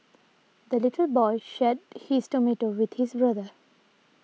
the little boy shared his tomato with his brother